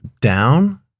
down